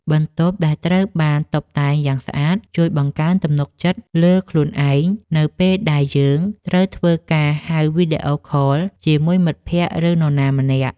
បន្ទប់ដែលត្រូវបានតុបតែងយ៉ាងស្អាត ជួយបង្កើនទំនុកចិត្តលើខ្លួនឯងនៅពេលដែលយើងត្រូវធ្វើការហៅវីដេអូខលជាមួយមិត្តភក្តិ ឬនរណាម្នាក់។